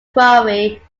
crowe